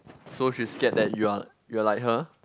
so she scared that you are you are like her